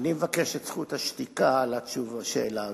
אני מבקש את זכות השתיקה בשאלה הזאת.